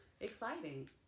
exciting